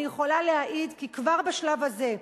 אני יכולה להעיד כי כבר בשלב הזה,